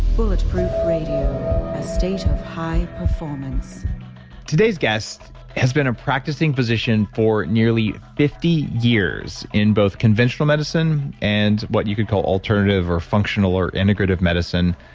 bulletproof radio, a state of high performance today's guest has been a practicing physician for nearly fifty years in both conventional medicine and what you could call alternative or functional or integrative medicine.